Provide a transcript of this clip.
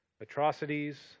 atrocities